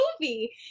movie